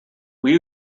will